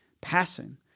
passing